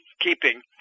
keeping